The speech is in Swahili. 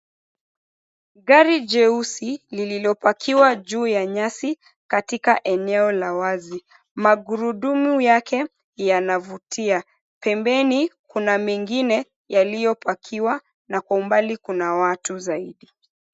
Gari jeusi lililopakiwa juu ya nyasi katika eneo la wazi. Magurudumu yake yanavutia. Pembeni kuna mengine yaliyopakiwa, na kwa umbali kuna watu zaidi.